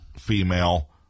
female